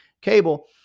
cable